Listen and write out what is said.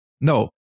No